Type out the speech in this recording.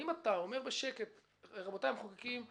האם אתה אומר: רבותי המחוקקים,